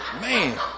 man